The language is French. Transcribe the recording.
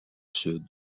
sud